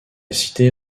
cité